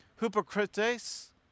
hypocrites